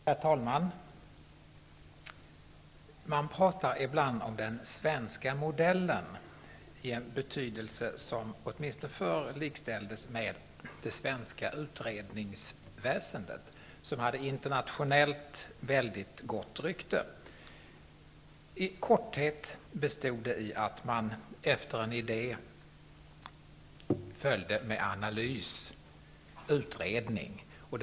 Herr talman! Man talar ibland om den svenska modellen i en betydelse som åtminstone förr likställdes med det svenska utredningsväsendet, och som internationellt har väldigt gott rykte. I korthet består modellen i att en analytisk utredning följde efter det att en idé framförts.